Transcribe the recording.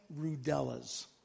rudellas